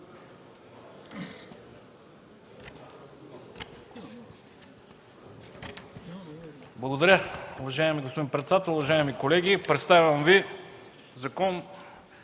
Благодаря, уважаеми господин председател. Уважаеми колеги, представям Ви: